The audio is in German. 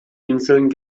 inseln